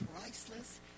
priceless